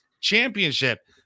championship